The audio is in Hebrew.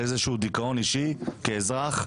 לאיזשהו דיכאון אישי כאזרח.